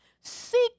Seek